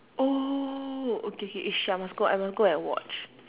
oh okay K shit I must go I must go and watch